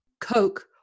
Coke